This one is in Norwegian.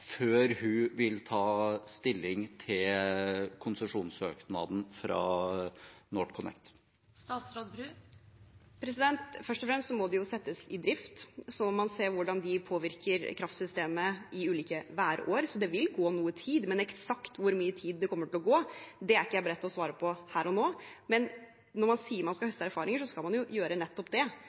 før hun vil ta stilling til konsesjonssøknaden fra NorthConnect? Først og fremst må de jo settes i drift, og så må man se hvordan de påvirker kraftsystemet i ulike værår. Det vil gå noe tid, men eksakt hvor mye tid det kommer til å gå, er jeg ikke beredt på å svare på her og nå. Når man sier man skal høste erfaringer, skal man jo gjøre nettopp det.